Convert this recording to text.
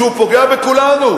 הוא פוגע בכולנו,